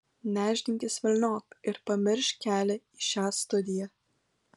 nešdinkis velniop ir pamiršk kelią į šią studiją